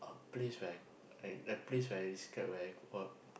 a place where I I a place where I scared where I uh